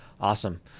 awesome